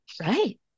Right